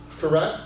Correct